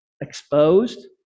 exposed